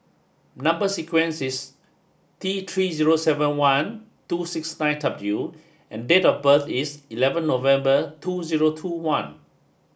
number sequence is T three zero seven one two six nine W and date of birth is eleven November two zero two one